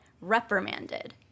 reprimanded